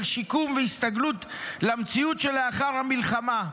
שיקום והסתגלות למציאות שלאחר המלחמה.